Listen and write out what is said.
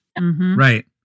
Right